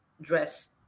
dress